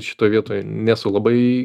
šitoj vietoj nesu labai